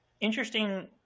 interesting